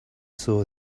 saw